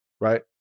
right